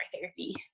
therapy